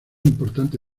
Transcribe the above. importante